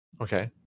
okay